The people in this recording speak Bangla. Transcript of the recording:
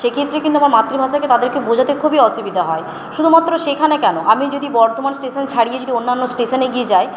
সেক্ষেত্রে কিন্তু আমার মাতৃভাষাকে তাদেরকে বোঝাতে খুবই অসুবিধা হয় শুধুমাত্র সেখানে কেন আমি যদি বর্ধমান স্টেশন ছাড়িয়ে যদি অন্যান্য স্টেশনে গিয়ে যাই